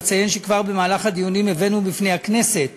אציין שכבר במהלך הדיונים הבאנו בפני הכנסת